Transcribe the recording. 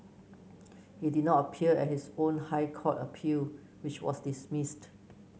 he did not appear at his own High Court appeal which was dismissed